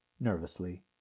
nervously